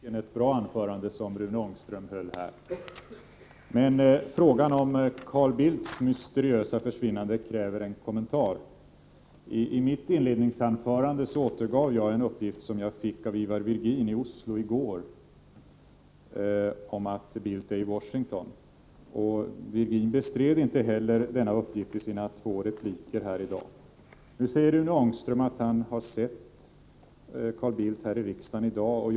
Herr talman! Det anförande som Rune Ångström nyss höll här var bra när det gäller nedrustningspolitiken. Frågan om Carl Bildts mysteriösa försvinnande kräver dock en kommentar. I mitt inledningsanförande återgav jag vad Ivar Virgin meddelade mig i Oslo går. Det gäller uppgiften om att Carl Bildt är i Washington. Ivar Virgin bestred inte detta faktum i någon av sina två repliker här i dag. Men sedan säger Rune Ångström att han har sett Carl Bildt i riksdagshuset i dag.